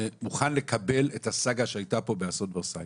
שמוכן לקבל את הסאגה שהייתה פה באסון ורסאי,